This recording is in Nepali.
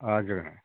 हजुर